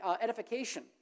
edification